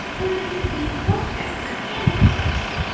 or they could be both accurate and precise.